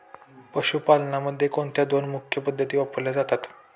पशुपालनामध्ये कोणत्या दोन मुख्य पद्धती वापरल्या जातात?